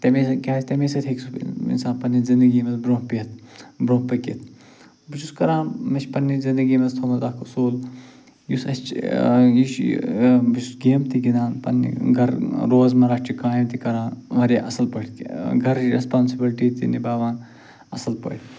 تَمے سۭتۍ کیٛاہ آسہِ تَمے سۭتۍ ہیٚکہِ سُہ انسان پنٛنہٕ زندگی منٛز برونٛہہ پٮ۪تھ برٛونٛہہ پٔکِتھ بہٕ چھُس کران مےٚ چھِ پنٛنہِ زندگی منٛز تھوٚمُت اکھ اصوٗل یُس اَسہِ چھِ یہِ چھُ یہِ بہٕ چھُس گیم تہِ گِندان پنٛنہِ گرٕ روزمرہچہِ کامہِ تہِ کران واریاہ اصٕل پٲٹھۍ تہِ گرٕچ ریسپانسِبٕلٹی تہِ نِبھاوان اصٕل پٲٹھۍ